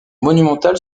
monumentales